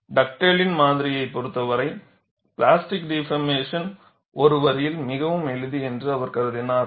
டக்டேலின் மாதிரியை பொறுத்தவரை பிளாஸ்டிக் டிபார்மேசன் ஒரு வரியில் மிகவும் எளிது என்று அவர் கருதினார்